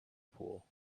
pool